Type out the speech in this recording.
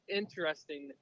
interesting